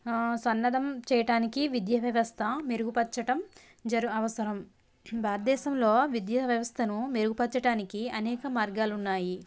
సన్నద్ధం చేయడానికి విద్య వ్యవస్థ మెరుగుపరచడం జరు అవసరం భారతదేశంలో విద్యావ్యవస్థను మెరుగుపరచడానికి అనేక మార్గాలు ఉన్నాయి